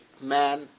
man